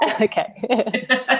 Okay